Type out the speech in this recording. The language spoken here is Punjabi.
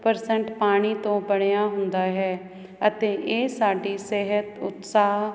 ਪਰਸੈਂਟ ਪਾਣੀ ਤੋਂ ਬਣਿਆ ਹੁੰਦਾ ਹੈ ਅਤੇ ਇਹ ਸਾਡੀ ਸਿਹਤ ਉਤਸਾਹ